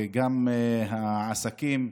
וגם העסקים,